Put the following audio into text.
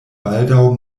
baldaŭ